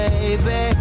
Baby